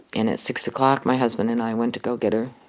and at six o'clock, my husband and i went to go get her.